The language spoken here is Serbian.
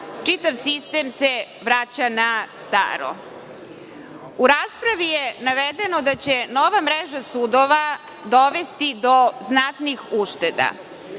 čitav sistem se vraća na staro.U raspravi je navedeno da će nova mreža sudova dovesti do znatnih